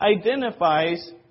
identifies